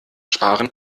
sparen